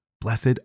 Blessed